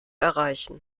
erreichen